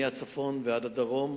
מהצפון ועד הדרום,